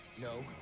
No